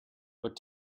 what